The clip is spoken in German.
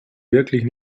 wirklich